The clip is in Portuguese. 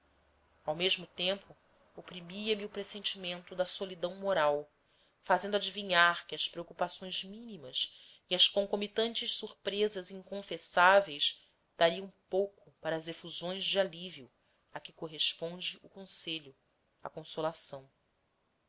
ao mesmo tempo oprimia me o pressentimento da solidão moral fazendo adivinhar que as preocupações mínimas e as concomitantes surpresas inconfessáveis dariam pouco para as efusões de alívio a que corresponde o conselho a consolação